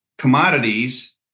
Commodities